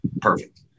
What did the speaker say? perfect